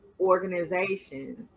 organizations